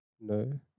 No